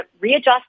readjust